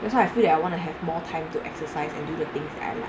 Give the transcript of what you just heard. that's why I feel that I want to have more time to exercise and do the things that I like